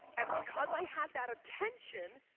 and because i had that attention,